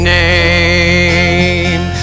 name